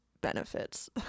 benefits